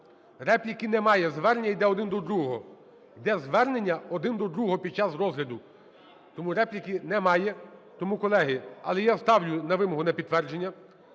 Репліки немає, звернення йде один до другого. Йде звернення один до другого під час розгляду. Тому репліки немає. Тому, колеги… Але я ставлю на вимогу, на підтвердження